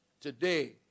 today